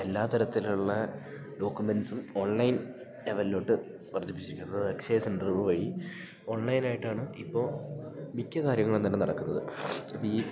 എല്ലാ തരത്തിലുള്ളെ ഡോക്യുമെൻ്റ്സും ഓൺലൈൻ ലെവലിലോട്ട് വർദ്ധിപ്പിച്ചിരിക്കുന്നത് അക്ഷയ സെൻ്ററുകൾ വഴി ഓൺലൈനായിട്ടാണ് ഇപ്പോൾ മിക്ക കാര്യങ്ങളും തന്നെ നടക്കുന്നത് അപ്പോൾ ഈ